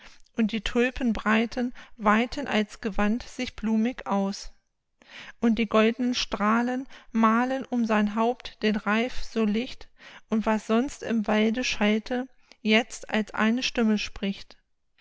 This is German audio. und die tulpen breiten weiten als gewand sich blumig aus und die goldnen strahlen malen um sein haupt den reif so licht und was sonst im walde schallte jetzt als eine stimme spricht